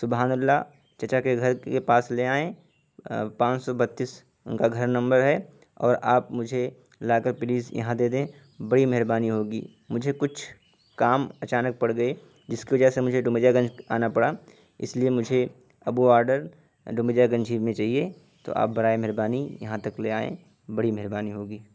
سبحان اللہ چچا کے گھر کے پاس لے آئیں پانچ سو بتیس ان کا گھر نمبر ہے اور آپ مجھے لا کر پلیز یہاں دے دیں بڑی مہربانی ہوگی مجھے کچھ کام اچانک پڑ گئے جس کے وجہ سے مجھے ڈومریا گنج آنا پڑا اس لیے مجھے اب وہ آڈر ڈومریا گنج ہی میں چاہیے تو آپ برائے مہربانی یہاں تک لے آئیں بڑی مہربانی ہوگی